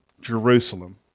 Jerusalem